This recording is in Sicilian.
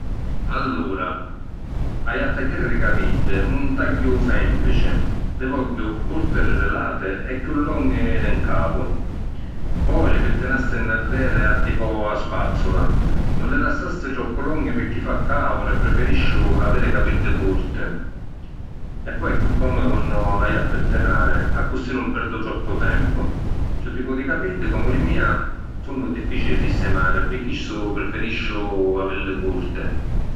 Allura, haiu a tagghiari li capiddi, un tagghiu semplici. Li vogghiu curti di li lati e chiù longhi di ‘n capu. Poi li pittinassi nn’arreri a tipu a spazzula. Nun li lassassi troppu longhi pirchì fa caudu e preferisciu aviri capiddi curti. E poi è chiù còmmudu quannu l’haiu a pittinari, accussì nun perdu troppu tempu. Stu tipu di capiddi comu li mia, sunnu difficili di sistimari e pi chistu preferisciu avilli curti.